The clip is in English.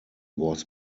was